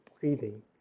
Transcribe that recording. breathing